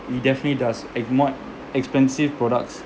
it definitely does in what expensive products